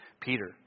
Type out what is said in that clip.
Peter